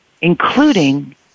including